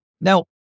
Now